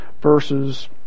verses